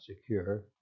secure